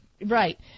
right